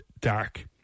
Dark